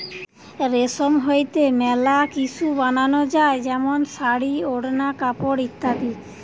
রেশম হইতে মেলা কিসু বানানো যায় যেমন শাড়ী, ওড়না, কাপড় ইত্যাদি